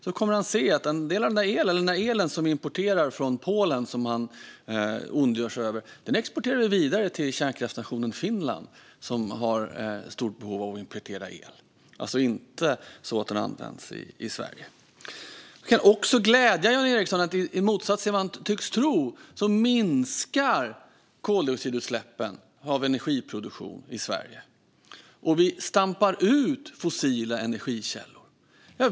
Då kommer han att se att en del av den el vi importerar från Polen och som han ondgör sig över exporterar vi vidare till kärnkraftsnationen Finland, som har ett stort behov av att importera el. Det är alltså inte så att den används i Sverige. Jag kan också glädja Jan Ericson med att koldioxidutsläppen från energiproduktion minskar i Sverige, i motsats till vad han tycks tro. Vi stampar ut fossila energikällor.